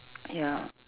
ya